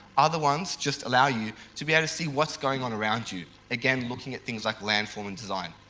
other ones just allow you to be able to see what's going on around you again looking at things like landform and design.